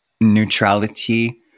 neutrality